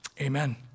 amen